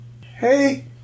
hey